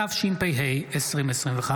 התשפ"ה 2025,